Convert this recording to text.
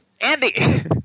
Andy